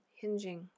hinging